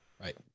Right